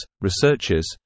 researchers